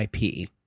IP